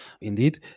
indeed